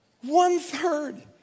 One-third